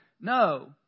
no